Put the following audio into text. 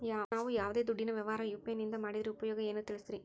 ನಾವು ಯಾವ್ದೇ ದುಡ್ಡಿನ ವ್ಯವಹಾರ ಯು.ಪಿ.ಐ ನಿಂದ ಮಾಡಿದ್ರೆ ಉಪಯೋಗ ಏನು ತಿಳಿಸ್ರಿ?